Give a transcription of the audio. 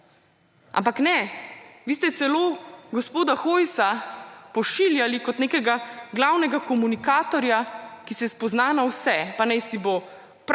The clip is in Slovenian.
Ampak ne! Vi ste celo gospoda Hojsa pošiljali kot nekega glavnega komunikatorja, ki se spozna na vse: pa najsibo pravni